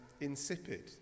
insipid